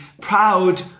proud